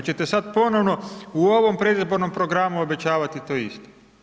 Hoćete sad ponovno u ovom predizbornom programu obećavati to isto?